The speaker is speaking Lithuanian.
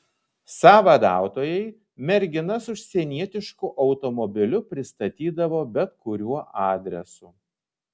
sąvadautojai merginas užsienietišku automobiliu pristatydavo bet kuriuo adresu